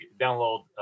download